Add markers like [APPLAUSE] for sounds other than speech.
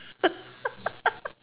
[LAUGHS]